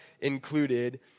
included